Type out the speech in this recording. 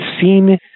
seen